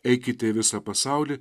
eikite į visą pasaulį